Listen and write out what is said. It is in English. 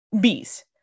bees